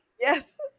yes